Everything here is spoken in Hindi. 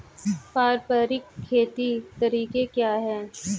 पारंपरिक खेती के तरीके क्या हैं?